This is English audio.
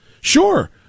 sure